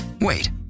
Wait